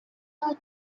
our